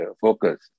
focus